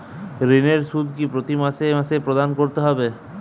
ঋণের সুদ কি প্রতি মাসে মাসে প্রদান করতে হবে?